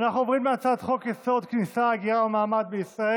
בבקשה, במקומך.